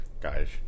Guys